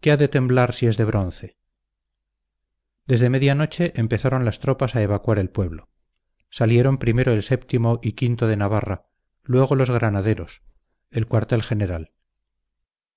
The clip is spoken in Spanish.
qué ha de temblar si es de bronce desde media noche empezaron las tropas a evacuar el pueblo salieron primero el o y o de navarra luego los granaderos el cuartel general